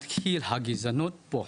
התחילה הגזענות פה.